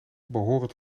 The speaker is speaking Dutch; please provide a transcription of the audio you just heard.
behoren